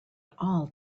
all